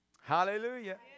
Hallelujah